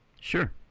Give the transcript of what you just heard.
sure